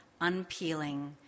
unpeeling